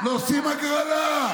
עושים הגרלה.